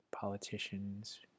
politicians